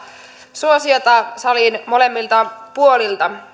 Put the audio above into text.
suosiota salin molemmilta puolilta